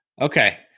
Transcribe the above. Okay